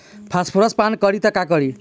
Phosphorus पान करी त का करी?